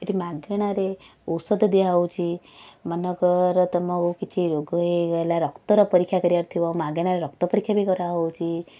ଏଇଠି ମାଗେଣାରେ ଔଷଧ ଦିଆହେଉଛି ମନେକର ତମକୁ କିଛି ରୋଗ ହେଇଗଲା ରକ୍ତର ପରୀକ୍ଷା କରିବାରଥିବ ମାଗେଣାରେ ରକ୍ତପରୀକ୍ଷା ବି କରାହେଉଛି